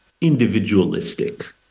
individualistic